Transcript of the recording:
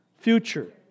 future